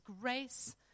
grace